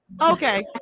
okay